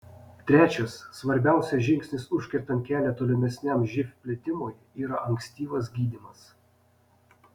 trečias svarbiausias žingsnis užkertant kelią tolimesniam živ plitimui yra ankstyvas gydymas